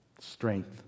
strength